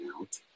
out